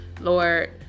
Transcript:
lord